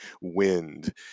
wind